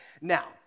Now